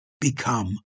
become